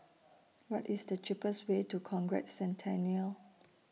What IS The cheapest Way to Conrad Centennial